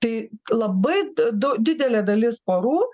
tai labai dau didelė dalis porų